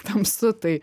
tamsu tai